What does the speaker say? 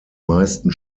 meisten